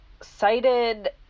cited